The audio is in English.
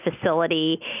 facility